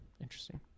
interesting